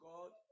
God